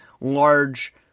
large